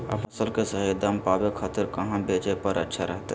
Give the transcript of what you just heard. अपन फसल के सही दाम पावे खातिर कहां बेचे पर अच्छा रहतय?